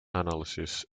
analysis